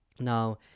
Now